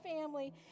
family